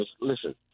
listen